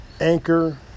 Anchor